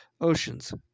oceans